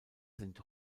sind